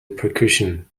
percussion